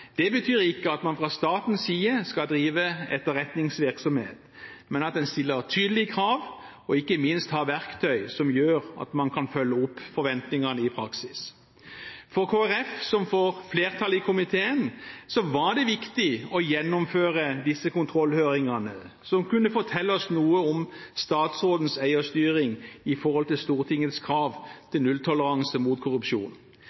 Det betyr ikke at man fra statens side skal drive etterretningsvirksomhet, men at en stiller tydelige krav og ikke minst har verktøy som gjør at man kan følge opp forventningene i praksis. For Kristelig Folkeparti, som for flertallet i komiteen, var det viktig å gjennomføre disse kontrollhøringene som kunne fortelle oss noe om statsrådens eierstyring på bakgrunn av Stortingets krav til nulltoleranse for korrupsjon.